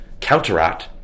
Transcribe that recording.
counteract